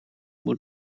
moet